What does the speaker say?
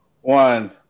one